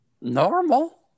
Normal